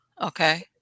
okay